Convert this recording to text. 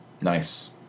Nice